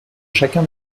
chacun